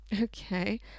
okay